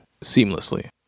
seamlessly